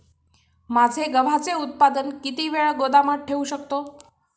माझे गव्हाचे उत्पादन किती वेळ गोदामात ठेवू शकतो?